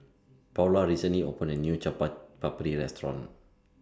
Paula recently opened A New Chaat Papri Restaurant